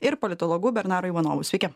ir politologu bernaru ivanovu sveiki